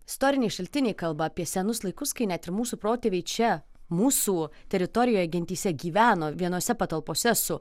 istoriniai šaltiniai kalba apie senus laikus kai net ir mūsų protėviai čia mūsų teritorijoj gentyse gyveno vienose patalpose su